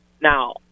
Now